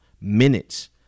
minutes